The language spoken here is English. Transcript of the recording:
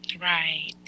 Right